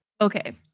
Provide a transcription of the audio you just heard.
okay